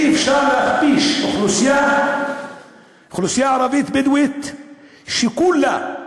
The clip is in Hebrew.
אי-אפשר להכפיש אוכלוסייה ערבית בדואית שכולה,